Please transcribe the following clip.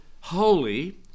holy